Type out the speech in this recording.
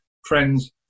friends